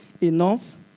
enough